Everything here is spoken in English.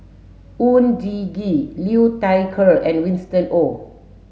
Oon Jin Gee Liu Thai Ker and Winston Oh